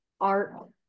art